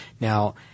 now